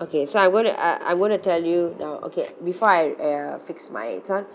okay so I'm gonna uh I'm gonna tell you now okay before I uh fix my time